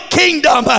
kingdom